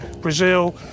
Brazil